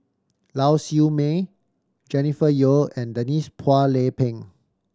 Lau Siew Mei Jennifer Yeo and Denise Phua Lay Peng